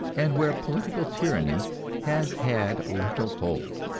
and where political tyranny has had little hold.